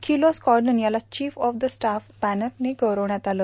kilo squadron ला chief of staff बनर ने गौरवण्यात आलं